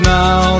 now